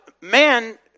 man